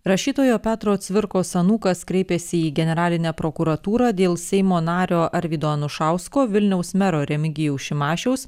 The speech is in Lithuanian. rašytojo petro cvirkos anūkas kreipėsi į generalinę prokuratūrą dėl seimo nario arvydo anušausko vilniaus mero remigijaus šimašiaus